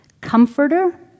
comforter